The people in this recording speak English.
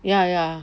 ya ya